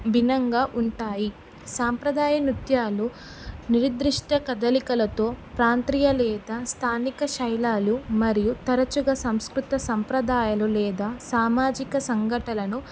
భిన్నంగా ఉంటాయి సాంప్రదాయ నృత్యాలు నిర్దిష్ట కదలికలతో ప్రాంతీయ లేదా స్థానిక శైలాలు మరియు తరచుగా సంస్కృత సంప్రదాయాలు లేదా సామాజిక సంఘటనలను